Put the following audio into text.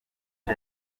ngo